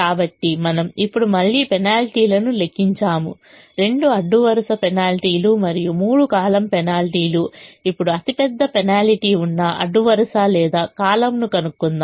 కాబట్టి మనము ఇప్పుడు మళ్ళీ పెనాల్టీలను లెక్కించాము రెండు అడ్డు వరుస పెనాల్టీలు మరియు మూడు కాలమ్ పెనాల్టీలు ఇప్పుడు అతిపెద్ద పెనాల్టీ ఉన్న అడ్డు వరుస లేదా కాలమ్ను కనుక్కుందాం